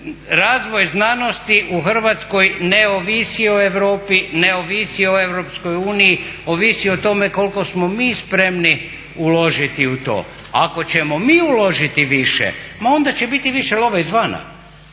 Razvoj znanosti u Hrvatskoj ne ovisi o Europi, ne ovisi o EU, ovisi o tome koliko smo mi spremni uložiti u to. Ako ćemo mi uložiti više ma onda će biti više love izvana.